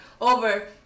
over